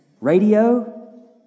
Radio